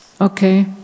Okay